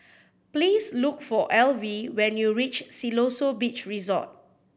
please look for Alvie when you reach Siloso Beach Resort